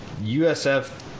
USF